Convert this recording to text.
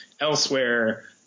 elsewhere